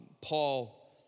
Paul